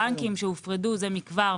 הבנקים שהופרדו זה מכבר,